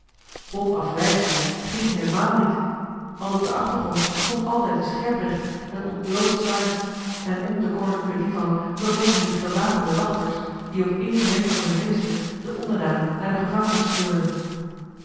was botaf weigeren ging heelemaal niet want op den achtergrond stond altijd de scherprechter joh h been paddeltje de scheepsjongen van michiel de ruijter met ontbloot zwaard en om den koninklijken divan bevonden zich gewapende wachters die op één wenk van hun meester den onderdaan naar de gevangenis sleurden